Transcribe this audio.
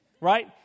right